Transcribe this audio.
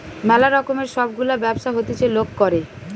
ম্যালা রকমের সব গুলা ব্যবসা হতিছে লোক করে